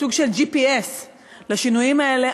סוג של GPS לשינויים האלה.